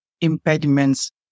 impediments